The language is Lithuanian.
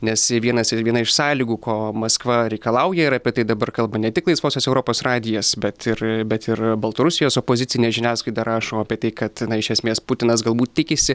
nes vienas ir viena iš sąlygų ko maskva reikalauja ir apie tai dabar kalba ne tik laisvosios europos radijas bet ir bet ir baltarusijos opozicinė žiniasklaida rašo apie tai kad iš esmės putinas galbūt tikisi